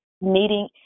Meeting